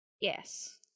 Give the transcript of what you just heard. Yes